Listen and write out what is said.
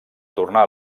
tornar